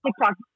TikTok